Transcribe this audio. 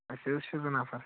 أسۍ حظ چھِ زٕ نَفر